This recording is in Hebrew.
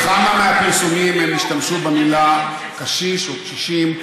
בכמה מהפרסומים הם השתמשו במילה "קשיש" או "קשישים".